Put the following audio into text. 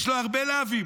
יש לו הרבה לאווים: